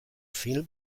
film